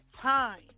time